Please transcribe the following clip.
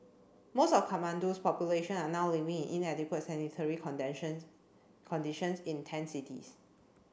most of Kathmandu's population are now living in inadequate sanitary conditions in tent cities